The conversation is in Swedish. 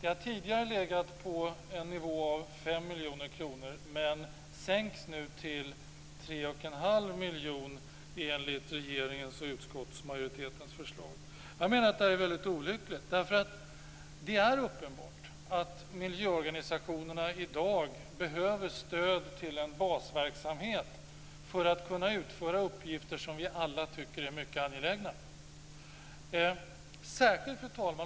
Det har tidigare legat på en nivå av 5 miljoner kronor men sänks nu till Jag menar att detta är väldigt olyckligt. Det är uppenbart att miljöorganisationerna i dag behöver stöd till en basverksamhet för att kunna utföra uppgifter som vi alla tycker är mycket angelägna.